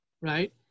right